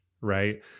right